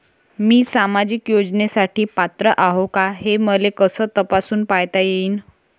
मी सामाजिक योजनेसाठी पात्र आहो का, हे मले कस तपासून पायता येईन?